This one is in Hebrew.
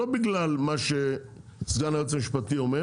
לא בגלל מה שסגן היועץ המשפטי אומר